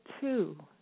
two